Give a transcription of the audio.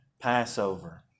Passover